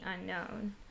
unknown